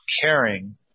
caring